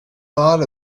thought